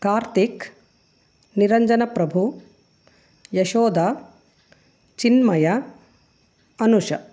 Karthik Niranjana Prabhu Yashoda Chinmaya Anusha